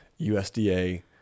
usda